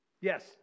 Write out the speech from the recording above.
Yes